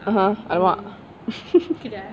(uh huh)